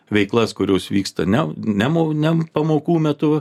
veiklas kurios vyksta ne ne mo ne pamokų metu